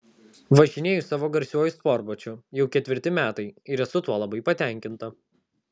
važinėju savo garsiuoju sportbačiu jau ketvirti metai ir esu tuo labai patenkinta